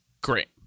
Great